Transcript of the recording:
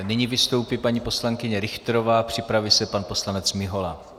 Nyní vystoupí paní poslankyně Richterová, připraví se pan poslanec Mihola.